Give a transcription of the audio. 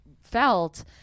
felt